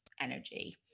energy